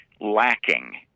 lacking